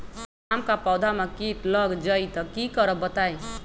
आम क पौधा म कीट लग जई त की करब बताई?